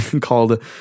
called